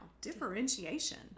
Differentiation